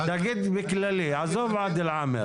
תגיד בכללי, עזוב עאדל עאמר.